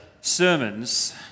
sermons